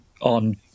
on